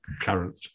current